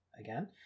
again